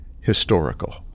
historical